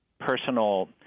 personal